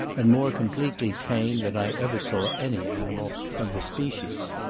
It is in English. and more completely tame than i ever saw any animal of the species.